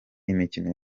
imikino